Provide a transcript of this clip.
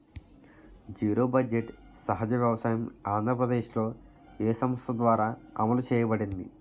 Zero budget సహజ వ్యవసాయం ఆంధ్రప్రదేశ్లో, ఏ సంస్థ ద్వారా అమలు చేయబడింది?